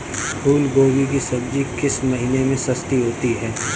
फूल गोभी की सब्जी किस महीने में सस्ती होती है?